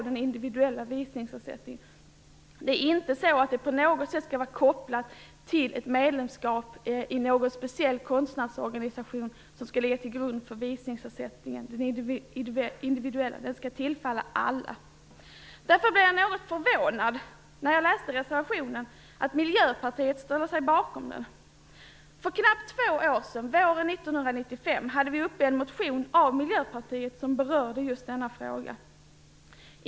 Den individuella visningsersättningen skall inte på något sätt vara kopplad till medlemskap i någon speciell konstnärsorganisation utan skall kunna tillfalla alla. Jag blev därför något förvånad när jag läste att Miljöpartiet ställde sig bakom reservationen. För knappt två år sedan, våren 1995, hade vi en motion från Miljöpartiet om just denna fråga uppe till behandling.